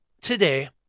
today